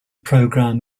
program